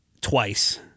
twice